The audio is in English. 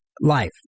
life